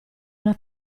una